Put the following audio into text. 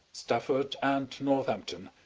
stafford and northampton,